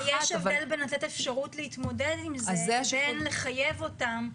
אבל יש הבדל בין לתת אפשרות להתמודד עם זה לבין לחייב אותם.